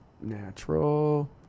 natural